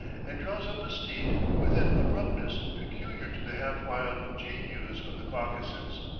and draws up a steed with an abruptness peculiar to the half-wild jehus of the caucasus.